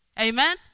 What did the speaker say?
Amen